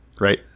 Right